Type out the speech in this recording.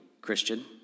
Christian